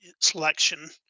selection